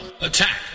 Attack